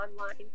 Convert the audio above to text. online